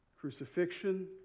crucifixion